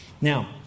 Now